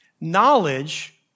Knowledge